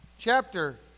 Chapter